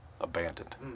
abandoned